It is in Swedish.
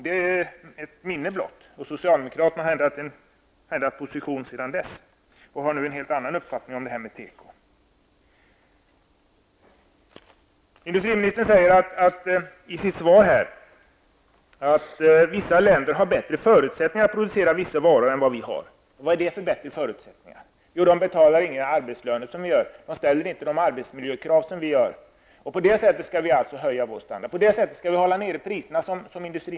Detta är ett minne blott, och socialdemokraterna har ändrat position sedan dess. Man har nu en helt annan uppfattning om tekoindustrin. Industriministern säger i sitt svar att vissa länder har bättre förutsättningar att producera vissa varor än vad vi har. Vad är det för bättre förutsättningar? Jo, de betalar inte samma arbetslöner som vi. De ställer inte samma arbetsmiljökrav som vi gör. På det sättet skall vi alltså höja vår standard. På det sättet skall vi hålla nere priserna.